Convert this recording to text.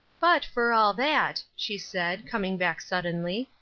but for all that, she said, coming back suddenly,